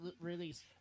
release